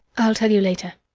i'll tell you later.